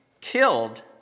killed